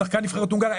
שחקן נבחרת הונגריה.